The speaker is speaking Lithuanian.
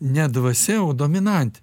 ne dvasia o dominantė